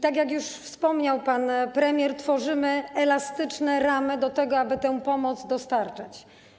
Tak jak już wspomniał pan premier, tworzymy elastyczne ramy służące temu, aby tę pomoc dostarczać.